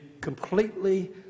completely